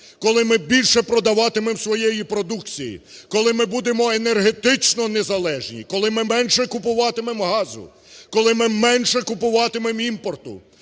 коли ми більше продаватимемо своєї продукції, коли ми будемо енергетично незалежні, коли ми менше купуватимемо газу, коли ми менше купуватимемо імпорту,